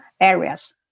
areas